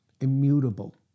Immutable